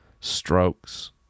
strokes